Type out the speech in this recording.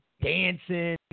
dancing